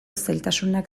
zailtasunak